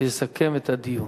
ויסכם את הדיון.